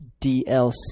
DLC